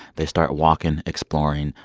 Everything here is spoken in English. they start walking, exploring,